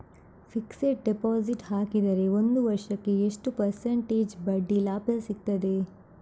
Fixed deposit ಹಾಕಿದರೆ ಒಂದು ವರ್ಷಕ್ಕೆ ಎಷ್ಟು ಪರ್ಸೆಂಟೇಜ್ ಬಡ್ಡಿ ಲಾಭ ಸಿಕ್ತದೆ?